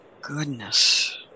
Goodness